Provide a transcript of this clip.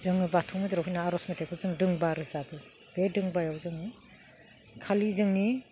जों बाथौ मन्दिराव फैना जों दोंबा आर'ज मेथाइखौ दोंबा रोजाबो बे दोंबायाव जोङो खालि जोंनि